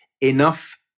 enough